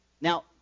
Now